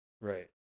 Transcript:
Right